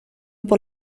por